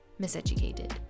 miseducated